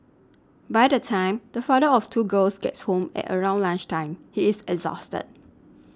by the time the father of two girls gets home at around lunch time he is exhausted